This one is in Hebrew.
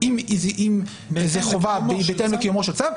שזה חובה בהתאם לקיומו של צו,